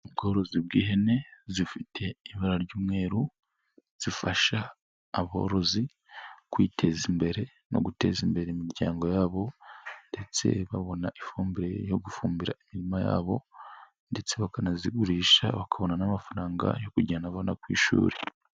Ubworozi bw'ihene zifite ibara ry'umweru zifasha aborozi kwiteza imbere no guteza imbere imiryango yabo ndetse babona ifumbire yo gufumbira inyuma yabo, ndetse bakanazigurisha bakabona n'amafaranga yo kujyana abana ku ishuri.